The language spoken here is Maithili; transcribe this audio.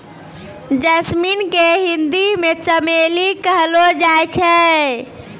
जैस्मिन के हिंदी मे चमेली कहलो जाय छै